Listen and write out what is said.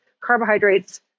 carbohydrates